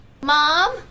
Mom